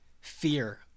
fear